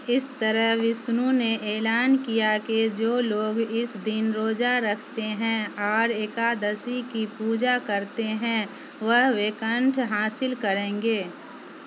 اس طرح وشنو نے اعلان کیا کہ جو لوگ اس دن روزہ رکھتے ہیں اور اکادسی کی پوجا کر تے ہیں وہ ویکنٹھ حاصل کریں گے